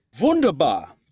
Wunderbar